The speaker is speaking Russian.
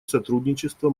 сотрудничество